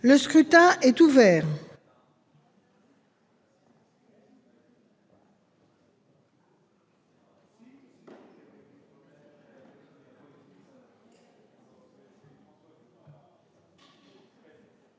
Le scrutin est ouvert.